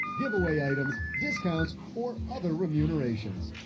giveaway items, discounts, or other remunerations.